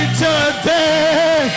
today